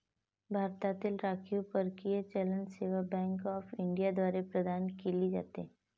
भारतातील राखीव परकीय चलन सेवा बँक ऑफ इंडिया द्वारे प्रदान केले जाते